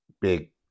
Big